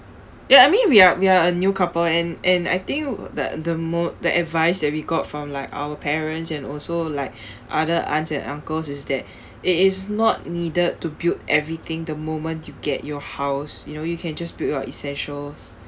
ya I mean we are we are a new couple and and I think that the mo~ the advice that we got from like our parents and also like other aunts and uncles is that it is not needed to build everything the moment you get your house you know you can just build your essentials